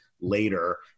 later